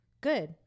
Good